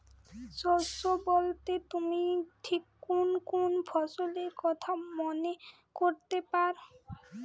শস্য বোলতে তুমি ঠিক কুন কুন ফসলের কথা মনে করতে পার?